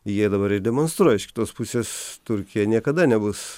jie dabar ir demonstruoja iš kitos pusės turkija niekada nebus